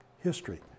History